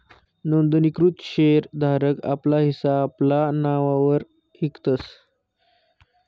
नोंदणीकृत शेर धारक आपला हिस्सा आपला नाववर इकतस